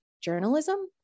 journalism